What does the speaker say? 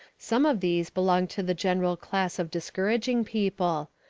some of these belong to the general class of discouraging people.